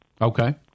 Okay